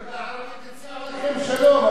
הליגה הערבית הציעה לכם שלום.